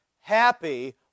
happy